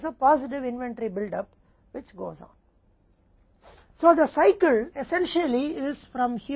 उसके बाद एक सकारात्मक इन्वेंट्री बिल्डअप होता है जो आगे बढ़ता है